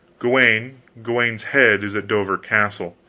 gawaine gawaine's head is at dover castle,